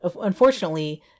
unfortunately